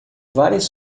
várias